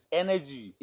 energy